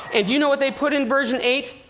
and do you know what they put in version eight?